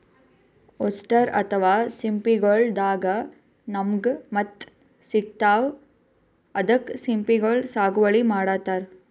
oyster ಅಥವಾ ಸಿಂಪಿಗೊಳ್ ದಾಗಾ ನಮ್ಗ್ ಮುತ್ತ್ ಸಿಗ್ತಾವ್ ಅದಕ್ಕ್ ಸಿಂಪಿಗೊಳ್ ಸಾಗುವಳಿ ಮಾಡತರ್